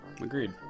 Agreed